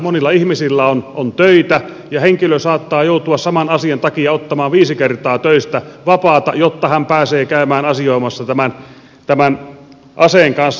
monilla ihmisillä on töitä ja henkilö saattaa joutua saman asian takia ottamaan viisi kertaa töistä vapaata jotta hän pääsee käymään asioimassa tämän aseen kanssa